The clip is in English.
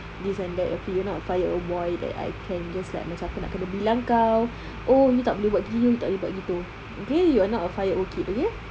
this and that okay you're not a five year old boy that I can just like macam nak kena bilang kau oh you tak boleh buat gini you tak boleh buat gitu okay you're not a five year old kid okay